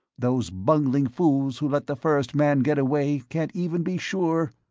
those bungling fools who let the first man get away can't even be sure